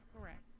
Correct